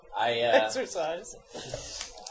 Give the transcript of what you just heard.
exercise